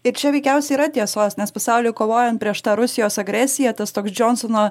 ir čia veikiausiai yra tiesos nes pasauliui kovojant prieš tą rusijos agresiją tas toks džonsono